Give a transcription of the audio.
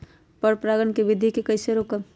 पर परागण केबिधी कईसे रोकब?